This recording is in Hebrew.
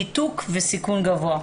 ניתוק וסיכון גבוה.